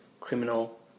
criminal